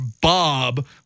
Bob